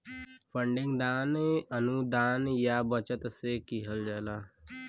funding दान, अनुदान या बचत से किहल जाला